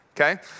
okay